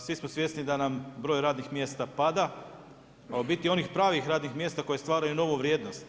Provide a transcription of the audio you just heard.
Svi smo svjesni da nam broj radnih mjesta pada, a u biti onih pravih radnih mjesta koja stvaraju novu vrijednost